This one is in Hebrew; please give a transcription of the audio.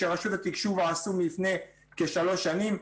שרשות התקשוב עשו לפני כשלוש שנים,